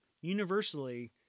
universally